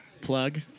plug